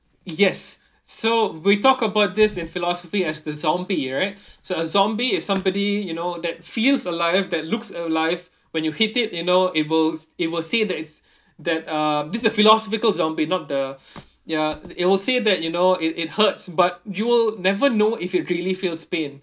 yes so we talk about this in philosophy as the zombie right so a zombie is somebody you know that feels alive that looks alive when you hit it you know it will it will say that it's that um this a philosophical zombie not the ya it'll say that you know it it hurts but you'll never know if it really feels pain